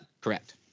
Correct